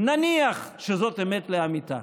נניח שזאת אמת לאמיתה,